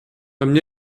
эмне